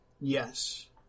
Yes